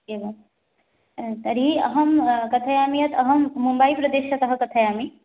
एवं तर्हि अहं कथयामि यद् अहं मुम्बैप्रदेशतः कथयामि